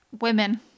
women